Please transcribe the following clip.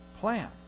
plan